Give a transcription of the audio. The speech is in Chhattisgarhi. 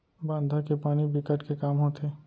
बांधा के पानी बिकट के काम के होथे